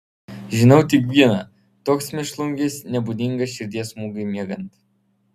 žinau tik viena toks mėšlungis nebūdingas širdies smūgiui miegant